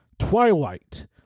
*Twilight